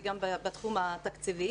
וגם בתחום התקציבי,